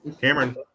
Cameron